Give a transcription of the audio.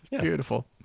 Beautiful